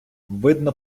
видно